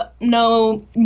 no